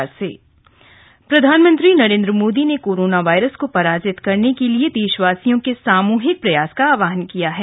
PM appeal प्रधानमंत्री नरेन्द्र मोदी ने corona virus को पराजित करने के लिए देशवासियों के सामूहिक प्रयास का आहवान किया है